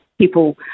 people